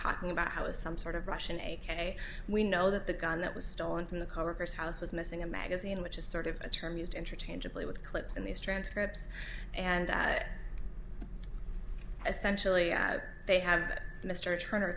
talking about how it's some sort of russian a k we know that the gun that was stolen from the coworkers house was missing a magazine which is sort of a term used interchangeably with clips in these transcripts and essentially they have mr turner